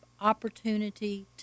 opportunity